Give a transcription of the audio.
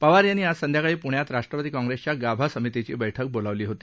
पवार यांनी आज संध्याकाळी पृण्यात राष्ट्रवादी काँग्रेसच्या गाभा समितीची बैठक बोलावली होती